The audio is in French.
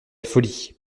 folie